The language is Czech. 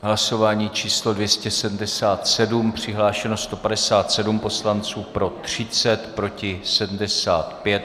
Hlasování číslo 277, přihlášeno 157 poslanců, pro 30, proti 75.